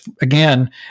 again